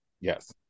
Yes